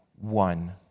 one